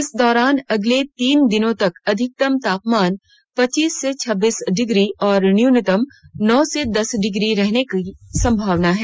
इस दौरान अगले तीन दिनों तक अधिकतम तापमान पच्चीस से छब्बीस डिग्री और न्यूनतम नौ से दस डिग्री रहने की संभावना है